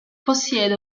possiede